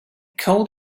called